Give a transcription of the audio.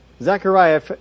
Zechariah